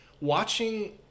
watching